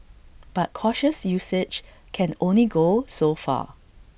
but cautious usage can only go so far